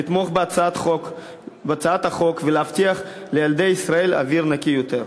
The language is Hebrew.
לתמוך בהצעת החוק ולהבטיח לילדי ישראל אוויר נקי יותר.